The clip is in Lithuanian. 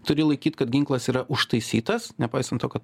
turi laikyt kad ginklas yra užtaisytas nepaisant to kad